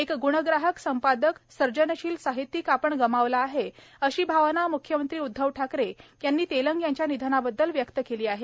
एक ग्णग्राहक संपादक सर्जनशील साहित्यिक आपण गमावला आहे अशी भावना मुख्यमंत्री उद्धव ठाकरे यांनी तेलंग यांच्या निधनाबद्दल व्यक्त केली आहे